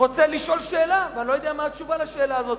לשאול שאלה, ואני לא יודע מה התשובה לשאלה הזאת.